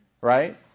Right